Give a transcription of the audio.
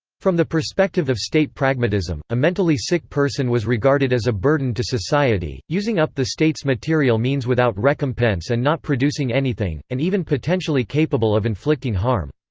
from the perspective of state pragmatism, a mentally sick person was regarded as a burden to society, using up the state's material means without recompense and not producing anything, and even potentially capable of inflicting harm.